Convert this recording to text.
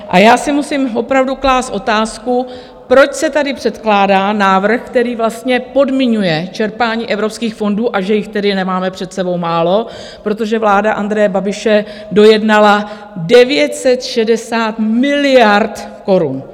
A já si musím opravdu klást otázku, proč se tady předkládá návrh, který vlastně podmiňuje čerpání evropských fondů, a že jich tedy nemáme před sebou málo, protože vláda Andreje Babiše dojednala 960 miliard korun.